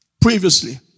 previously